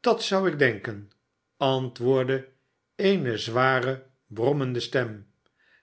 dat zou ik denken antwoordde eene zware brommende stem